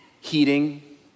heating